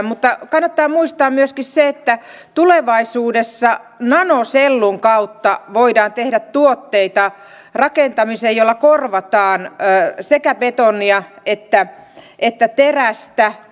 mutta kannattaa muistaa myöskin se että tulevaisuudessa nanosellun kautta voidaan tehdä rakentamiseen tuotteita joilla korvataan sekä betonia että terästä